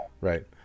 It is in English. Right